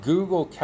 Google